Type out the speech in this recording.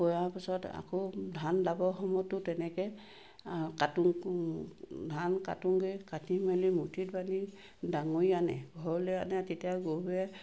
কৰা পিছত আকৌ ধান দাবৰ সময়তো তেনেকৈ কাটোঁ ধান কাটোগৈ কাটি মেলি মুঠি বান্ধি ডাঙৰি আনে ঘৰলৈ আনে তেতিয়া গৰুৱে